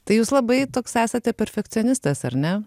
tai jūs labai toks esate perfekcionistas ar ne